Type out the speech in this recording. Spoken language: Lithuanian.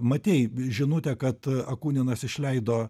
matei žinutę kad akuninas išleido